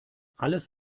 alles